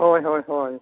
ᱦᱳᱭ ᱦᱳᱭ ᱦᱳᱭ